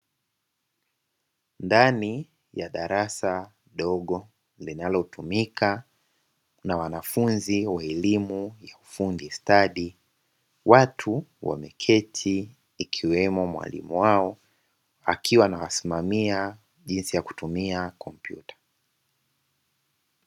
Ndani ya darasa dogo linalotumika na wanafunzi wa elimu ya ufundi stadi, watu wameketi ikiwemo mwalimu wao akiwa anawasimamia jinsi ya kutumia kompyuta.